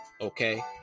Okay